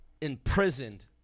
imprisoned